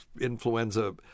influenza